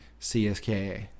CSKA